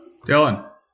Dylan